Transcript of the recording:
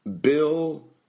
Bill